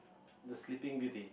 the sleeping beauty